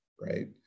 right